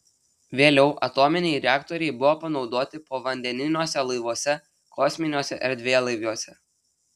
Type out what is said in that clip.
vėliau atominiai reaktoriai buvo panaudoti povandeniniuose laivuose kosminiuose erdvėlaiviuose